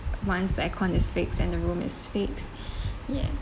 once the aircon is fixed and the room is fixed ya